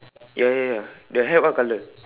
ya ya ya the hat what color